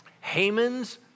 Haman's